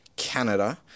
Canada